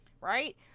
right